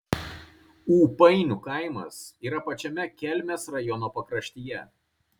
ūpainių kaimas yra pačiame kelmės rajono pakraštyje